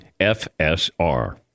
FSR